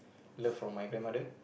love from my grandmother